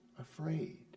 afraid